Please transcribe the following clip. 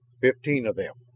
fifteen of them.